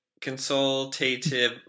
consultative